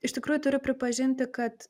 iš tikrųjų turiu pripažinti kad